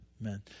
Amen